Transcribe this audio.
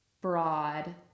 broad